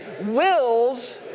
wills